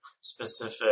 specific